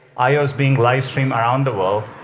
i o is being live streamed around the world.